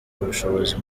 ubushobozi